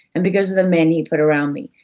and because of the men he put around me,